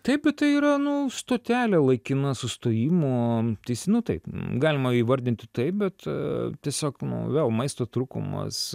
taip tai yra nu stotelė laikina sustojimo tai jis nu taip galima įvardinti taip bet tiesiog nu vėl maisto trūkumas